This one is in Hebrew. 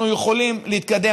אנחנו יכולים להתקדם